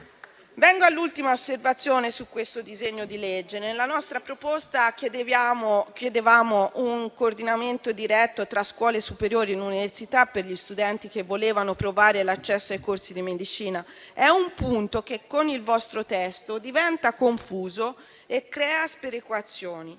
Vengo all'ultima osservazione su questo disegno di legge. Nella nostra proposta chiedevamo un coordinamento diretto tra scuole superiori ed università per gli studenti che volevano provare l'accesso ai corsi di medicina. È un punto che con il vostro testo diventa confuso e crea sperequazioni: